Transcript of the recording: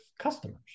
customers